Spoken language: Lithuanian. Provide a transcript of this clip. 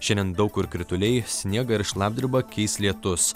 šiandien daug kur krituliai sniegą ir šlapdribą keis lietus